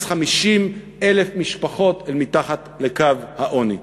50,000 משפחות אל מתחת לקו העוני.